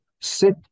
sit